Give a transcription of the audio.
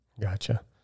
gotcha